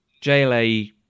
JLA